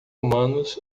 humanos